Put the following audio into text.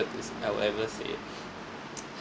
I will ever say